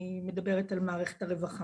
אני מדברת על מערכת הרווחה.